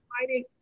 fighting